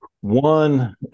one